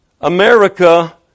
America